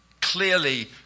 clearly